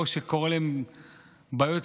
או שקורות להם בעיות